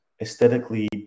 aesthetically